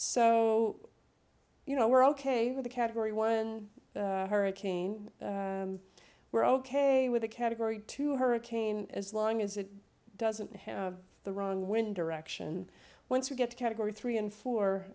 so you know we're ok with the category one hurricane we're ok with a category two hurricane as long as it doesn't have the wrong wind direction once we get to category three and four